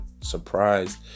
surprised